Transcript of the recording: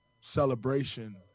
celebration